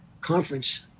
conference